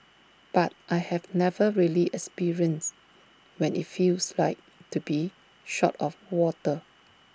but I have never really experienced when IT feels like to be short of water